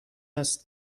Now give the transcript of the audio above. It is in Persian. است